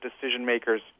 decision-makers